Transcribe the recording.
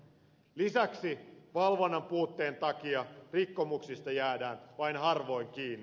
lisäksi valvonnan puutteen takia rikkomuksista jäädään vain harvoin kiinni